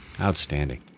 Outstanding